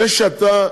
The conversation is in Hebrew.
זה שאתה,